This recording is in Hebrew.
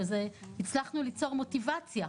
שזה, הצלחנו ליצור מוטיבציה.